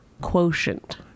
quotient